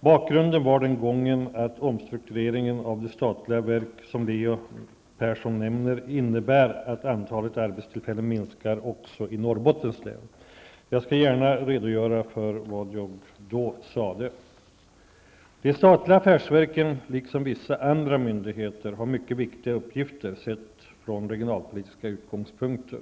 Bakgrunden var den gången att omstruktureringen av de statliga verk som Leo Persson nämner, innebär att antalet arbetstillfällen minskar också i Norrbottens län. Jag skall gärna redogöra för vad jag då sade. De statliga affärsverken liksom vissa andra myndigheter har mycket viktiga uppgifter sett från regionalpolitiska utgångspunkter.